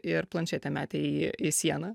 ir planšetę metė į į sieną